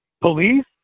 police